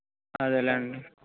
అదేలేండి